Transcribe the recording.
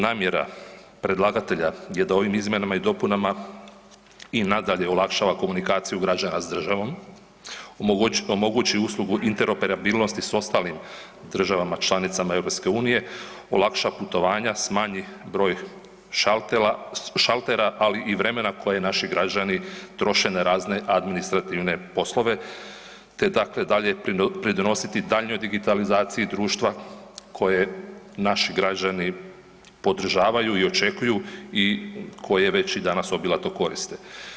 Namjera predlagatelja je da ovim izmjenama i dopunama i nadalje olakšava komunikaciju građana s državom, omogući uslugu interoperabilnosti s ostalim državama članicama EU, olakša putovanja s manji broj šaltera, ali i vremena koje naši građani troše na razne administrativne poslove, te dakle dalje pridonositi daljnjoj digitalizaciji društva koje naši građani podržavaju i očekuju i koje već i danas obilato koriste.